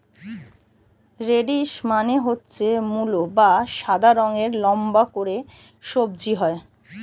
radish মানে হচ্ছে মূলো যা সাদা রঙের লম্বা করে সবজি হয়